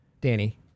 Danny